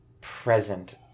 present